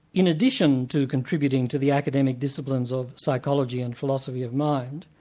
in addition to contributing to the academic disciplines of psychology and philosophy of mind,